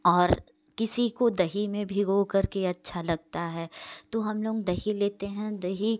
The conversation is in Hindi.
और किसी को दही में भिगो करके अच्छा लगता है तो हम लोग दही लेते हैं दही